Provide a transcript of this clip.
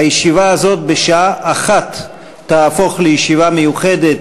הישיבה הזאת בשעה 13:00 תהפוך לישיבה מיוחדת